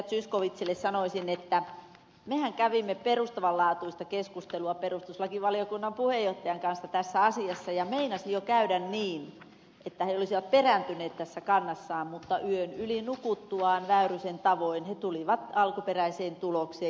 zyskowiczille sanoisin että mehän kävimme perustavanlaatuista keskustelua perustuslakivaliokunnan puheenjohtajan kanssa tästä asiasta ja meinasi jo käydä niin että he olisivat perääntyneet tässä kannassaan mutta yön yli nukuttuaan väyrysen tavoin he tulivat alkuperäiseen tulokseen